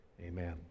Amen